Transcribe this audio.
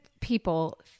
people